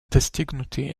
достигнуты